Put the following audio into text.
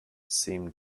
seemed